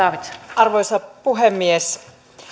arvoisa puhemies